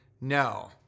No